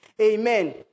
Amen